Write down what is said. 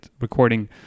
recording